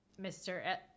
Mr